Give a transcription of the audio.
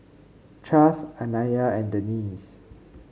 Chas Anaya and Denise